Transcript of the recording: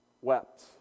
wept